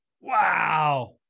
Wow